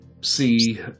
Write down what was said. see